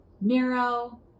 Miro